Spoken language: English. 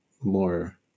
more